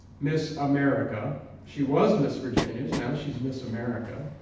miss america she was miss virginia. now she's miss america.